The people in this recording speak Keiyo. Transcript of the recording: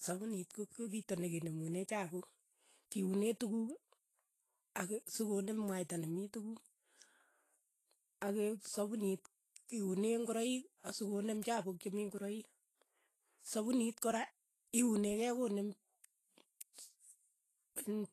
Sapuniit ko ki- kito ne kinemune chapuuk, kiunee tukuk ake sokoneem mwaita nemii tukuk, ak sapunit ki unee ng'oroik, asikoneem chapuuk che mii ng'oroik, sapunit kora iunee kei koneem in